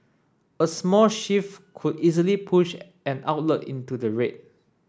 a small shift could easily push an outlet into the red